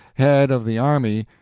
head of the army,